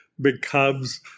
becomes